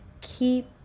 keep